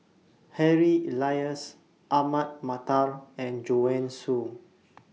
Harry Elias Ahmad Mattar and Joanne Soo